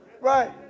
Right